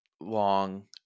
long